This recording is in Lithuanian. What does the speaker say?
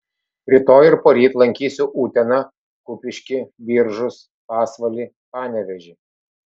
rytoj ir poryt lankysiu uteną kupiškį biržus pasvalį panevėžį